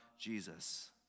Jesus